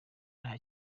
nta